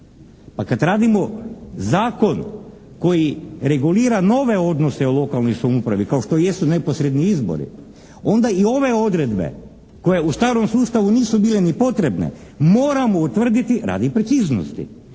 Pa kad radimo zakon koji regulira nove odnose u lokalnoj samoupravi kao što jesu neposredni izbori, onda i ove odredbe koje u starom sustavu nisu bile ni potrebne, moramo utvrditi radi preciznosti.